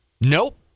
Nope